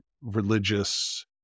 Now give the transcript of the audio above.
religious